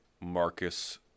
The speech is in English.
Marcus